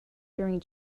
during